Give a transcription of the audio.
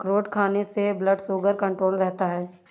अखरोट खाने से ब्लड शुगर कण्ट्रोल रहता है